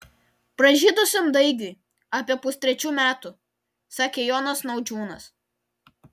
pražydusiam daigui apie pustrečių metų sakė jonas naudžiūnas